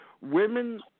women